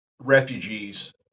refugees